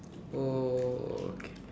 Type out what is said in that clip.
oh okay